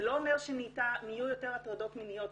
זה לא אומר שנהיו יותר הטרדות מיניות,